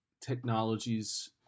technologies